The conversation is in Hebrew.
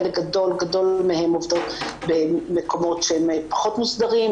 חלק גדול מהן עובדות במקומות פחות מוסדרים,